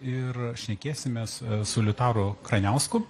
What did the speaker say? ir šnekėsimės su liutauru kraniausku